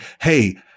Hey